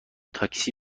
تاکسی